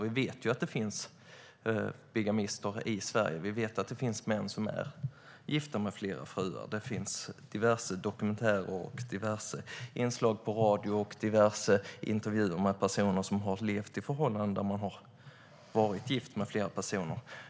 Vi vet att det finns bigamister i Sverige och att det finns män som är gifta med flera fruar. Detta finns i diverse dokumentärer, inslag på radio och intervjuer med personer som har levt i förhållanden där man har varit gift med flera personer.